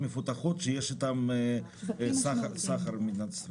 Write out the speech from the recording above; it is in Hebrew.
מפותחות שיש איתן סחר במדינת ישראל.